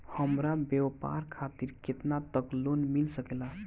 हमरा व्यापार खातिर केतना तक लोन मिल सकेला?